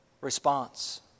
response